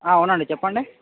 అవునండి చెప్పండి